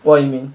what you mean